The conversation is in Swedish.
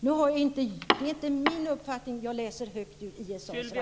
Detta är inte min uppfattning, utan jag läser högt ur ISA:s rapport!